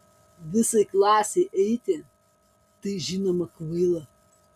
visai klasei eiti tai žinoma kvaila